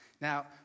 Now